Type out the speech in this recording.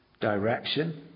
Direction